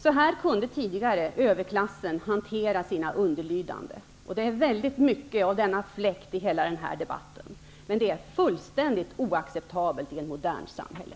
Så här kunde tidigare överklassen hantera sina underlydande. Det är väldigt mycket av denna fläkt i hela den här debatten, men det är fullständigt oacceptabelt i ett modernt samhälle.